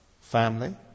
family